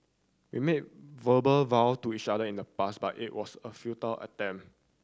we made verbal vow to each other in the past but it was a futile attempt